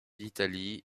d’italie